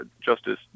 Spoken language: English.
Justice